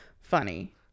funny